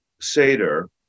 Seder